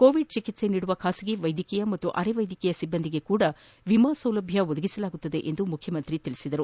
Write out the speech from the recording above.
Covid ಚಿಕಿತ್ಸೆ ನೀಡುವ ಖಾಸಗಿ ವೈದ್ಯಕೀಯ ಮತ್ತು ಅರೆ ವೈದ್ಯಕೀಯ ಸಿಬ್ಬಂದಿಗೆ ಕೂಡ ವಿಮಾ ಸೌಲಭ್ಞ ಒದಗಿಸಲಾಗುವುದು ಎಂದು ಮುಖ್ಯಮಂತ್ರಿ ಭರವಸೆ ನೀಡಿದರು